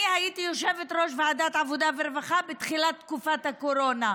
אני הייתי יושבת-ראש ועדת העבודה והרווחה בתחילת תקופת הקורונה.